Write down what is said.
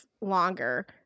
longer